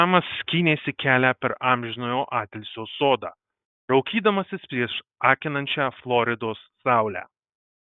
damas skynėsi kelią per amžinojo atilsio sodą raukydamasis prieš akinančią floridos saulę